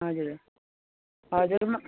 हजुर हजुर म